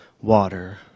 water